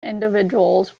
individuals